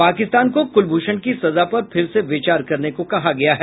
पाकिस्तान को कूलभूषण की सजा पर फिर से विचार करने को कहा गया है